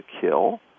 kill